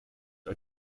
are